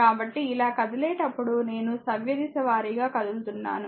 కాబట్టి ఇలా కదిలేటప్పుడు నేను సవ్యదిశ వారీగా కదులుతున్నాను